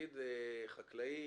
נגיד שחקלאי